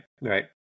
Right